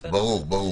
ברור.